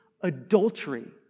adultery